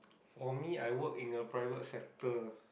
for me I work in a private sector